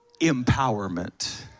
empowerment